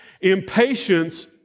Impatience